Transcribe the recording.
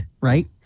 right